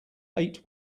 eight